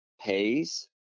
pays